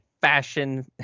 fashion